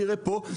תראה פה,